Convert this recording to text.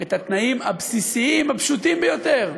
את התנאים הבסיסיים הפשוטים ביותר: